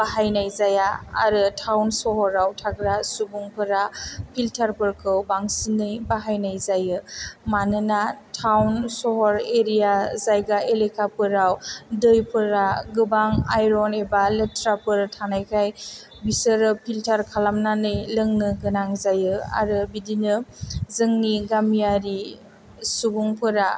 बाहायनाय जाया आरो टावन सहराव थाग्रा सुबुंफोरा फिल्टारफोरखौ बांसिनै बाहायनाय जायो मानोना टावन सहर एरिया जायगा फोराव दैफोरा गोबां आइरननि एबा लेथ्राफोर थानायखाय बिसोरो फिल्टार खालामनानै लोंनो गोनां जायो आरो बिदिनो जोंनि गामियारि सुबुंफोरा